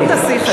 שברת שיא חדש.